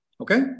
Okay